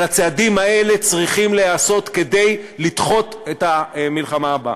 אבל הצעדים האלה צריכים להיעשות כדי לדחות את המלחמה הבאה.